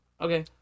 Okay